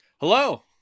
hello